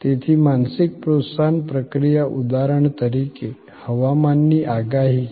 તેથી માનસિક પ્રોત્સાહન પ્રક્રિયા ઉદાહરણ તરીકે હવામાનની આગાહી છે